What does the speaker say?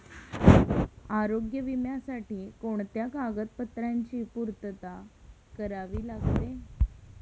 आरोग्य विम्यासाठी कोणत्या कागदपत्रांची पूर्तता करावी लागते?